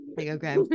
okay